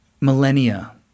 millennia